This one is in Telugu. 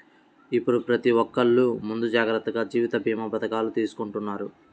ఇప్పుడు ప్రతి ఒక్కల్లు ముందు జాగర్తగా జీవిత భీమా పథకాలను తీసుకుంటన్నారు